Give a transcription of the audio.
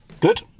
good